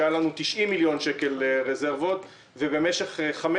כשהיו לנו 90 מיליון שקל רזרבות ובמשך חמש